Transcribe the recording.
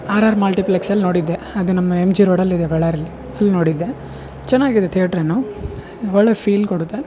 R R ಮಲ್ಟಿಫ್ಲೆಕ್ಸ್ಲ್ಲಿ ನೋಡಿದ್ದೆ ಅದು ನಮ್ಮ ಎಮ್ ಜಿ ರೋಡಲ್ಲಿದೆ ಬಳ್ಳಾರಿಲಿ ಅಲ್ಲಿ ನೋಡಿದ್ದೆ ಚೆನ್ನಾಗಿದೆ ತೇಟ್ರ್ ಏನೋ ಒಳ್ಳೆ ಫೀಲ್ ಕೊಡುತ್ತೆ